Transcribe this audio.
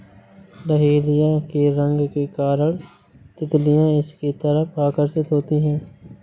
dahlia के रंग के कारण तितलियां इसकी तरफ आकर्षित होती हैं